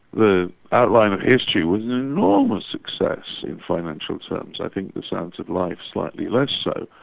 the outline of history was an enormous success in financial terms. i think the science of life slightly less so.